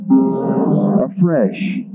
afresh